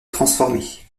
transformés